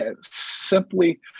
simply